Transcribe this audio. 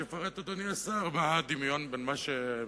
אז שיפרט אדוני השר מה הדמיון בין מה שמוצע,